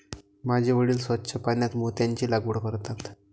माझे वडील स्वच्छ पाण्यात मोत्यांची लागवड करतात